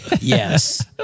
Yes